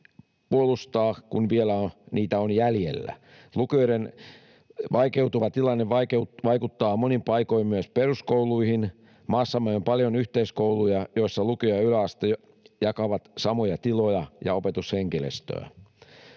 puolustaa, kun niitä on vielä jäljellä. Lukioiden vaikeutuva tilanne vaikuttaa monin paikoin myös peruskouluihin. Maassamme on paljon yhteiskouluja, joissa lukio ja yläaste jakavat samoja tiloja ja opetushenkilöstöä.